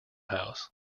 house